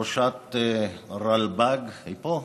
וראשת רלב"ד, היא פה?